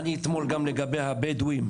אני אתמול גם לגבי הבדואים,